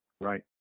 Right